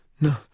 No